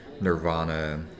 Nirvana